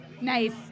nice